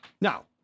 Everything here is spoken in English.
Now